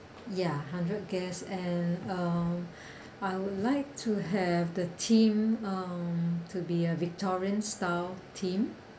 ya hundred guests and um I would like to have the theme um to be a victorian style theme